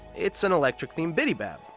it's an electric-themed bidybab!